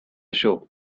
show